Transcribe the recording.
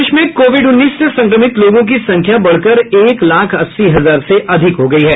प्रदेश में कोविड उन्नीस से संक्रमित लोगों की संख्या बढ़कर एक लाख अस्सी हजार से अधिक हो गयी है